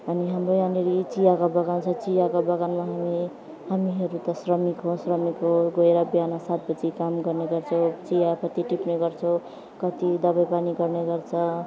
अनि हाम्रो यहाँनिर चियाको बगान छ चियाको बगानमा हामी हामीहरू त श्रमिक हो श्रमिक हो गएर बिहान सात बजी काम गर्ने गर्छौँ चियापत्ती टिप्ने गर्छौँ कति दबाईपानी गर्नेगर्छ